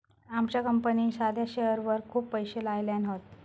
आमच्या कंपनीन साध्या शेअरवर खूप पैशे लायल्यान हत